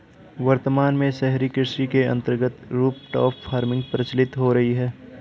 वर्तमान में शहरी कृषि के अंतर्गत रूफटॉप फार्मिंग प्रचलित हो रही है